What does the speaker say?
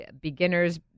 beginners